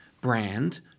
brand